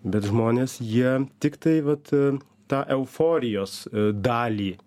bet žmonės jie tiktai vat tą euforijos dalį